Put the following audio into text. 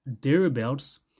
thereabouts